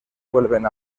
vuelven